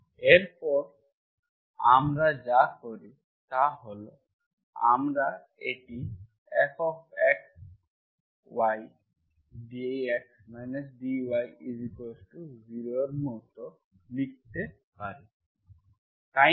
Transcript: এরপরে আমরা যা করি তা হল আমরা এটি fxydx dy0 এর মতো লিখতে পারি তাই না